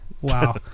wow